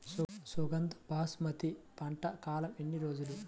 సుగంధ బాసుమతి పంట కాలం ఎన్ని రోజులు?